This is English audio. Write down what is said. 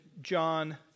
John